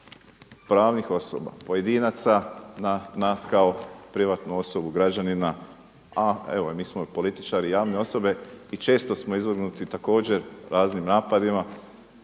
pravnih osoba, pojedinaca na nas kao privatnu osobu građanina, a evo i mi smo političari javne osobe i često smo izvrgnuti također raznim napadima